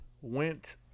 went